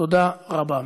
תודה רבה.